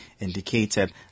indicated